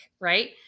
Right